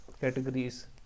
categories